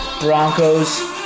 Broncos